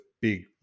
big